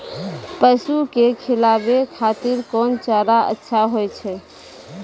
पसु के खिलाबै खातिर कोन चारा अच्छा होय छै?